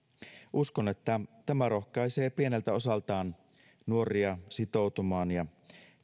uskon että tämä rohkaisee pieneltä osaltaan nuoria sitoutumaan ja